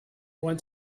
went